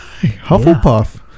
hufflepuff